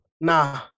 Nah